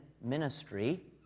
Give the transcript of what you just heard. ministry